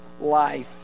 life